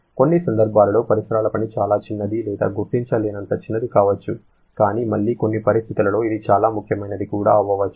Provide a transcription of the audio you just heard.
కొన్ని సందర్భాలలో పరిసరాల పని చాలా చిన్నది లేదా గుర్తించలేనంత చిన్నది కావచ్చు కానీ మళ్లీ కొన్ని పరిస్థితులలో ఇది చాలా ముఖ్యమైనది కూడా అవ్వవచ్చు